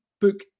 book